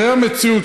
זאת המציאות,